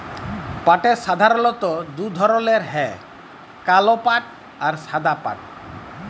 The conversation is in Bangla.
পাটের পরধালত দু ধরলের হ্যয় কাল পাট আর সাদা পাট